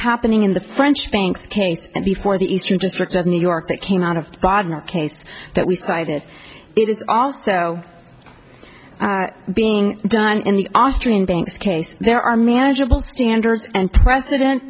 happening in the french banks kate and before the eastern district of new york that came out of god in our case that we did it is also being done in the austrian banks case there are manageable standards and president